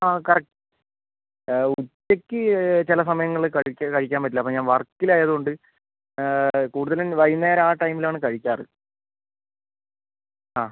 ആ കറക്ട് ഉച്ചയ്ക്ക് ചില സമയങ്ങളിൽ കഴിക്കാൻ പറ്റില്ല അപ്പോൾ ഞാൻ വർക്കിലായതുകൊണ്ട് കൂടുതലും വൈകുന്നേരം ആ ടൈമിലാണ് കഴിക്കാറ് ആ